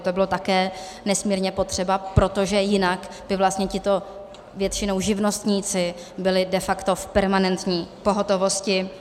To bylo také nesmírně potřeba, protože jinak by vlastně tito většinou živnostníci byli de facto v permanentní pohotovosti.